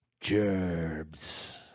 gerbs